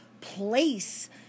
place